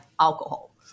alcohol